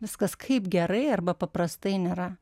viskas kaip gerai arba paprastai nėra